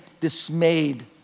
dismayed